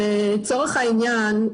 לצורך העניין,